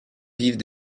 vivent